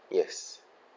yes